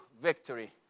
victory